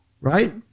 right